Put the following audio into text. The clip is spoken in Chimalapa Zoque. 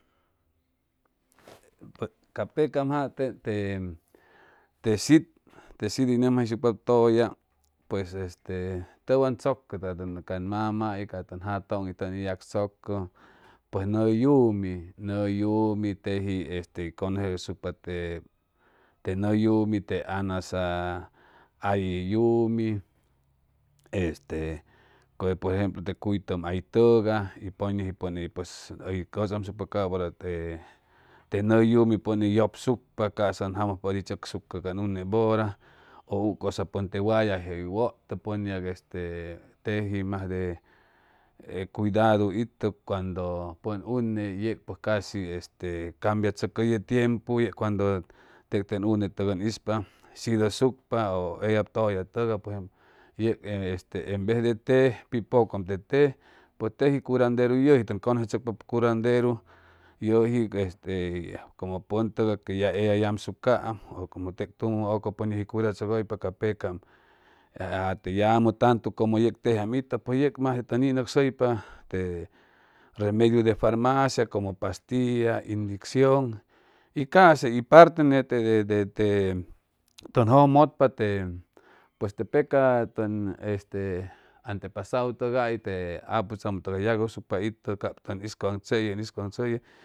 Ca pecam jate te te shit te shit hʉy nʉmjayshucpa tʉya pues este tʉwan tzʉcʉ ca tʉn mamais ca tʉn jatʉŋ tʉnis yagtzʉcʉ pues nʉʉ yumi nʉʉ yumi teji este hʉy cʉnʉsechʉscupa te te nʉʉ yumi te anasa hay yumi este por ejemplo te cuytʉm hay y pʉñʉji pʉn'is hʉy te nʉʉ yumi pʉn hʉy yʉpsucpa ca'sa ʉn jamʉjpa ʉdi tzʉcsucʉ can une bʉra ʉ u cʉsa pʉŋ te wayay jeŋ wʉtʉ pʉn yag este teji majde e cuidadu itʉ cuando pʉn une yeg pues casi este cambiachʉcʉ ye tiempu yeg cuando teg ten unetʉg ʉn ispa shidʉsucpa ʉ ʉ eyab tʉlla tʉgay yeg este en vez de te pʉcʉam te te pues teji curanderu yʉji tʉn cʉsechʉcpa curanderu y yʉjig este como pʉn tʉgay que yamʉ eya yamsucaam pues como teg tumʉ ʉcʉpʉn yʉji curachʉgʉypa ca pecam a te llamu tantu como yeg tejiam itʉ pues yeg mas tʉn ninʉcsʉypa te remediu de farmacia como pastilla indiccion y ca'sa teji y parte nete de de te jʉjmʉtpa te pues te paca tʉn este antepasadu tʉgay te aputzamʉ tʉgay yagyʉsucpa itʉ cap tʉn hiz